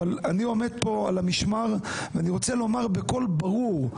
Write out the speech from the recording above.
אני עומד פה על המשמר ואני רוצה לומר בקול ברור,